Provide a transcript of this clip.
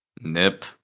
Nip